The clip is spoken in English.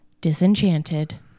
Disenchanted